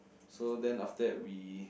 so then after that we